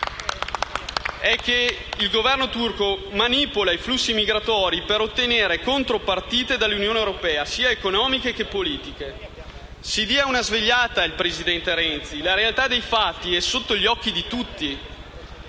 è che il Governo turco manipola i flussi migratori per ottenere contropartite dall'Unione europea sia economiche che politiche. Il presidente Renzi si dia una svegliata. La realtà dei fatti è sotto gli occhi di tutti.